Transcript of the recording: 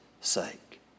sake